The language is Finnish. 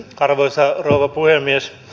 arvoisa rouva puhemies